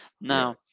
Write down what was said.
Now